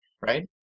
Right